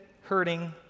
hurting